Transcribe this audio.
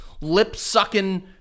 lip-sucking